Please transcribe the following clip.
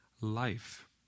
life